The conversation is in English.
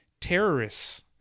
terrorists